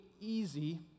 easy